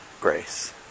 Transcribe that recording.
grace